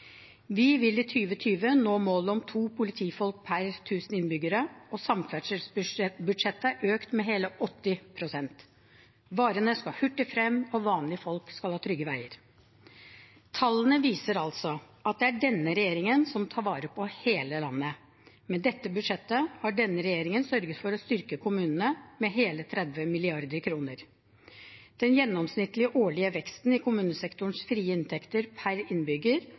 Vi vil i 2020 nå målet om to politifolk per tusen innbyggere, og samferdselsbudsjettet er økt med hele 80 pst. Varene skal hurtig frem, og vanlige folk skal ha trygge veier. Tallene viser altså at det er denne regjeringen som tar vare på hele landet. Med dette budsjettet har denne regjeringen sørget for å styrke kommunene med hele 30 mrd. kr. Den gjennomsnittlige årlige veksten i kommunesektorens frie inntekter per innbygger